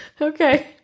Okay